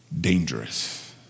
Dangerous